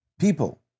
...people